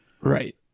right